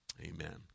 Amen